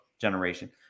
generation